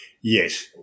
Yes